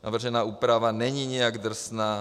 Navržená úprava není nijak drsná.